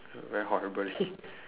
very horribly